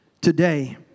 today